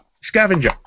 Scavenger